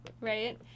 right